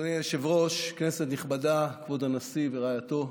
אדוני היושב-ראש, כנסת נכבדה, כבוד הנשיא ורעייתו,